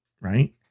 right